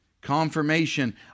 Confirmation